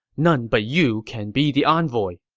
none but you can be the envoy.